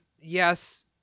yes